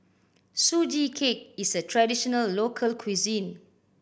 Sugee Cake is a traditional local cuisine